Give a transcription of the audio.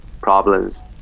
problems